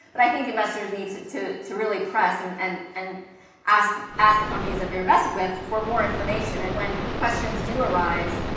but i think investors need to to really press and and and ask ask the companies that they're invested with for more information and when questions do arise.